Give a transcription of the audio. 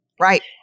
right